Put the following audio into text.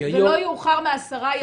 ולא יאוחר מעשרה ימים,